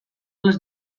les